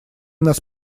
нас